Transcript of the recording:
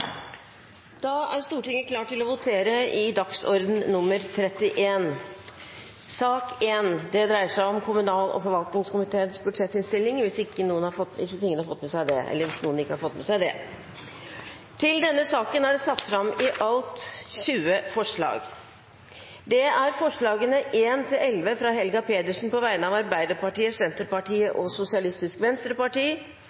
Da er Stortinget klare til å gå til votering. Under debatten er det satt fram i alt 20 forslag. Det er forslagene nr. 1–11, fra Helga Pedersen på vegne av Arbeiderpartiet, Senterpartiet og Sosialistisk Venstreparti